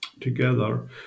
together